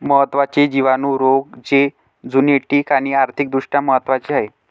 महत्त्वाचे जिवाणू रोग जे झुनोटिक आणि आर्थिक दृष्ट्या महत्वाचे आहेत